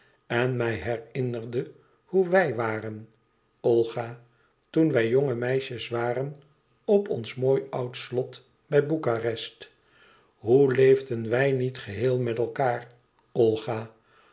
en mij herinnerde hoe wij waren olga toen wij jonge meisjes waren op ons mooi oud slot bij boekarest hoe leefden wij niet geheel met elkaâr olga